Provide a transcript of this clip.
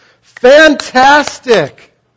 Fantastic